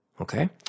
Okay